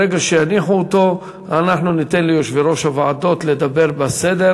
ברגע שיניחו אותו אנחנו ניתן ליושבי-ראש הוועדות לדבר בסדר,